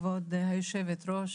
כבוד יושבת הראש,